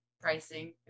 pricing